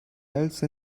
else